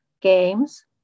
games